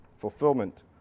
fulfillment